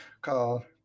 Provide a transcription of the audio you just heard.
called